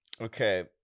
Okay